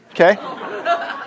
Okay